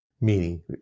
meaning